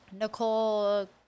Nicole